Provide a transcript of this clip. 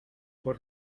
por